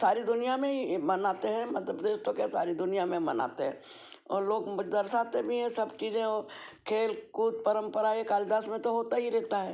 सारी दुनिया में ही मनाते हैं मध्य प्रदेश तो क्या सारी दुनिया में मनाते हैं और लोग दर्शाते भी हैं सब चीज़ें ओ खेल कूद परंपरा ये कालिदास में तो होता ही रहता है